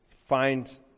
find